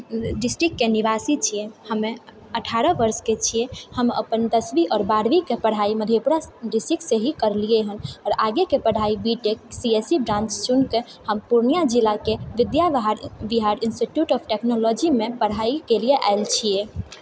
डिस्ट्रिकके निवासी छिऐ हमे अठारह वर्षके छिऐ हम अपन दशवीं आओर बारहवींके पढ़ाइ मधेपुरा डिस्ट्रिक्टसँ ही करलिऐ हँ आओर आगेके पढ़ाइ BSc C S C branch चुनिके हम पूर्णिया जिलाके विद्या विहार इंस्टिट्यूट ऑफ टेक्नोलॉजीमे पढ़ाइके लिए आएल छिऐ